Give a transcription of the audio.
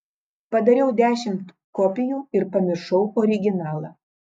padariau dešimt kopijų ir pamiršau originalą